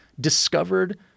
discovered